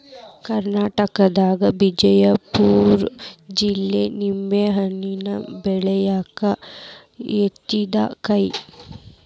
ಕರ್ನಾಟಕದಾಗ ಬಿಜಾಪುರ ಜಿಲ್ಲೆ ನಿಂಬೆಹಣ್ಣ ಬೆಳ್ಯಾಕ ಯತ್ತಿದ ಕೈ